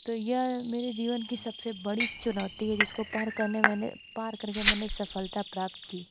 तो यह मेरे जीवन की सबसे बड़ी चुनौती है जिसको पार करने मैंने पार करके मैंने सफलता प्राप्त की